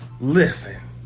Listen